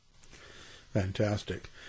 Fantastic